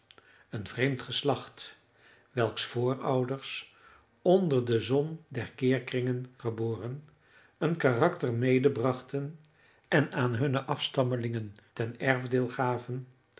een vreemd geslacht welks voorouders onder de zon der keerkringen geboren een karakter medebrachten en aan hunne afstammelingen ten erfdeel gaven